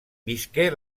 visqué